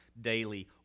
daily